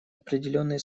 определенные